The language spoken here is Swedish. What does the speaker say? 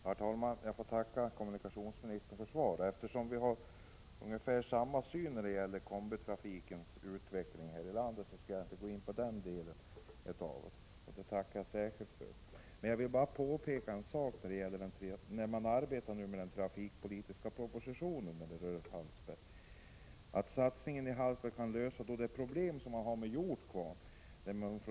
Herr talman! Jag får tacka kommunikationsministern för svaret. Eftersom vi har ungefär samma syn på kombitrafikens utveckling i landet skall jag inte gå in på den delen av svaret. Jag tackar särskilt för det. Jag vill bara påpeka en sak när det gäller arbetet med den trafikpolitiska propositionen. Satsningen i Hallsberg kan lösa de problem man har i Jordkvarn.